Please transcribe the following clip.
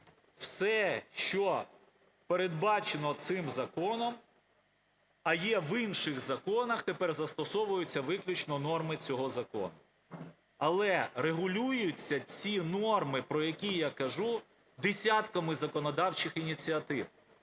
все, що передбачено цим законом, а є в інших законах, тепер застосовуються виключно норми цього закону. Але регулюються ці норми, про які я кажу, десятками законодавчих ініціатив.